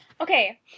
Okay